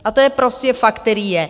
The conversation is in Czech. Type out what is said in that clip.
A to je prostě fakt, který je.